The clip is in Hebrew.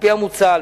על-פי המוצע,